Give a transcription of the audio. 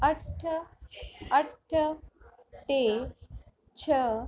अठ अठ टे छह